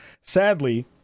Sadly